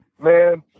Man